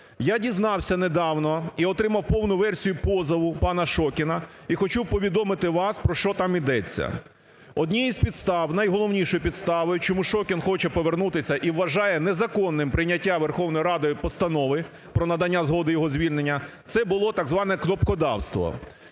Я дізнався недавно і отримав повну версію позову пана Шокіна і хочу повідомити вас, про що там ідеться. Однією з підстав, найголовнішою підставою, чому Шокін хоче повернутися і вважає незаконним прийняття Верховною Радою Постанови про надання згоди його звільнення, це було так зване кнопкодавство.